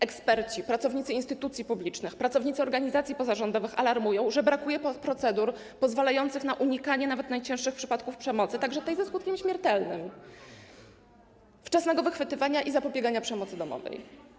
Eksperci, pracownicy instytucji publicznych, pracownicy organizacji pozarządowych alarmują, że brakuje procedur pozwalających na unikanie nawet najcięższych przypadków przemocy, także tej ze skutkiem śmiertelnym, wczesnego wychwytywania i zapobiegania przemocy domowej.